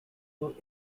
were